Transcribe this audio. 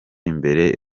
imbere